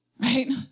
Right